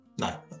No